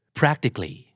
practically